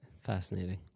Fascinating